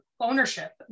ownership